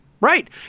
Right